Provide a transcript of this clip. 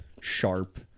sharp